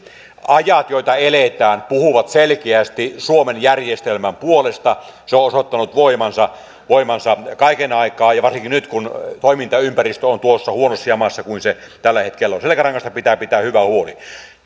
ajat joita eletään puhuvat selkeästi suomen järjestelmän puolesta se on osoittanut voimansa voimansa kaiken aikaa ja varsinkin nyt kun toimintaympäristö on noin huonossa jamassa kuin se tällä hetkellä on selkärangasta pitää pitää hyvä huoli